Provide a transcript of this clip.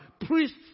priests